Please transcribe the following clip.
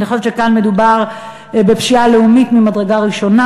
אני חושבת שכאן מדובר בפשיעה לאומית ממדרגה ראשונה,